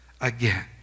again